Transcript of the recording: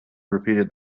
repeated